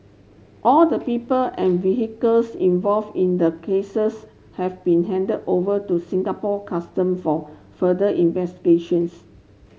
all the people and vehicles involved in the cases have been handed over to Singapore Custom for further investigations